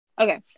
Okay